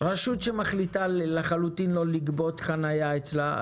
רשות שמחליטה לחלוטין לא לגבות חנייה אצלה,